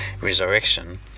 resurrection